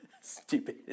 Stupid